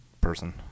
person